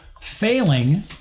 Failing